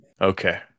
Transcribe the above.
Okay